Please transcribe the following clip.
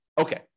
Okay